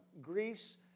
Greece